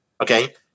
okay